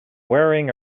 wearing